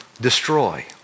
destroy